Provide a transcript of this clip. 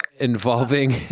involving